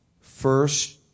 first